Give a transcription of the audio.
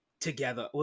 together